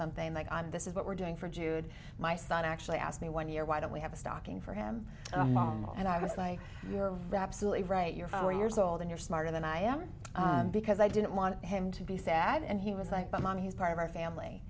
something like i'm this is what we're doing for jude my son actually asked me one year why don't we have a stocking for him mom and i was like you're absolutely right you're for years old and you're smarter than i am because i didn't want him to be sad and he was like my mom he's part of our family